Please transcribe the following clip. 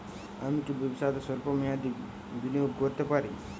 আমি কি ব্যবসাতে স্বল্প মেয়াদি বিনিয়োগ করতে পারি?